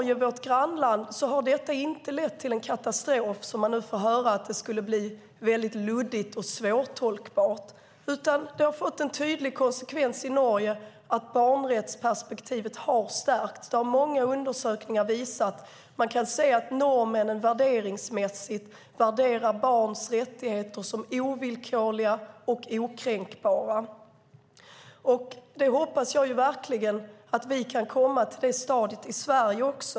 I vårt grannland Norge har detta inte lett till en katastrof, även om man nu får höra att det skulle bli väldigt luddigt och svårtolkat, utan det har fått den tydliga konsekvensen i Norge att barnrättsperspektivet har stärkts. Det har många undersökningar visat. Man kan se att norrmännen värderar barns rättigheter som ovillkorliga och okränkbara. Jag hoppas verkligen att vi kan komma till det stadiet även i Sverige.